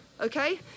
Okay